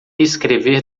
escrever